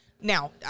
Now